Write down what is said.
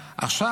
עכשיו,